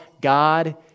God